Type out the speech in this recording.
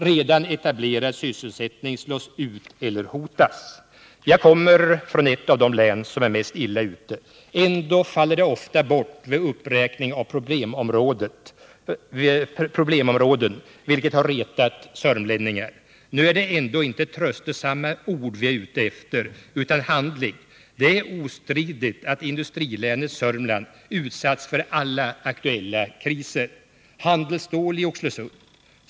Redan etablerad sysselsättning slås ut eller hotas. Jag kommer från ett av de län som är mest illa ute. Ändå faller det ofta bort vid uppräkning av problemområden, vilket har retat oss sörmlänningar. Nu är det ändå inte tröstesamma ord vi är ute efter, utan handling. Det är ostridigt att industrilänet Sörmland utsatts för alla aktuella kriser. Det gäller bl.a. följande: Handelsstål i Oxelösund.